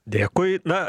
dėkui na